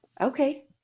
Okay